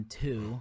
two